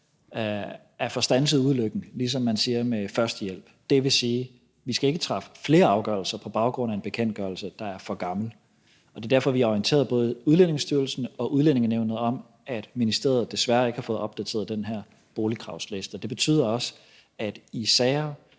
at få standset ulykken, ligesom man siger om førstehjælp. Det vil sige, at vi ikke skal træffe flere afgørelser på baggrund af en bekendtgørelse, der er for gammel. Det er derfor, at vi har orienteret både Udlændingestyrelsen og Udlændingenævnet om, at ministeriet desværre ikke har fået opdateret den her boligkravsliste. Det betyder også, at de